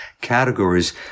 categories